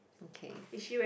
okay